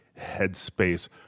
headspace